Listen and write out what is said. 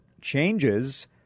changes